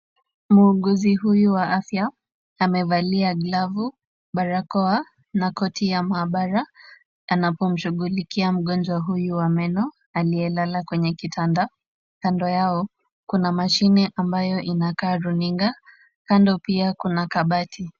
Muuguzi huyu wa afya, amevalia glavu, barakoa na koti ya maabara . Anapomshughulikia mgonjwa huyu wa meno aliyelala kwenye kitanda. Kando yao, kuna mashine ambayo inakaa runinga. Kando pia kuna kabati.